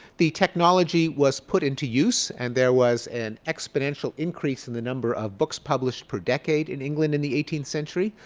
the technology was put into use and there was an exponential increase in the number of books published per decade in england in the eighteenth century.